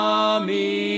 army